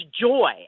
joy